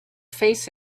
face